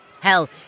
Hell